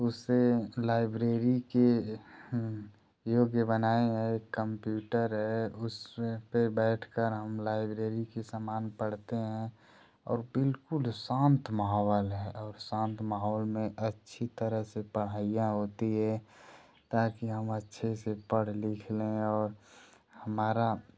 उसे लाइब्रेरी की योग्य बनाए हुए कंप्यूटर है उसमें पर बैठ कर हम लाइब्रेरी के समान पढ़ते हैं और बिलकुल शांत माहौल है और शांत माहौल में अच्छी तरह से पढ़ाईयाँ होती है ताकि हम अच्छे से पढ़ लिख लें और और हमारा